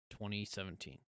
2017